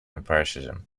empiricism